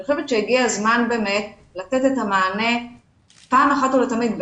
אני חושבת שהגיע הזמן באמת לתת מענה פעם אחת ולתמיד.